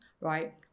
right